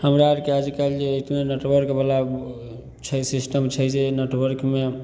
हमरा आरके आइकाल्हि जे नेटवर्क वला छै सिस्टम छै जे नेटवर्कमे